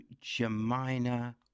Jemina